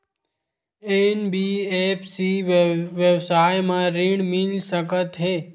NBFC व्यवसाय मा ऋण मिल सकत हे